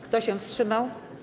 Kto się wstrzymał?